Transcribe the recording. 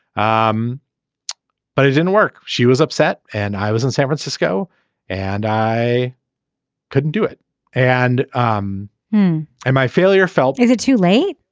um but it didn't work. she was upset and i was in san francisco and i couldn't do it and um and my failure felt. is it too late.